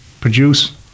produce